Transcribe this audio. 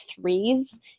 threes